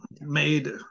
made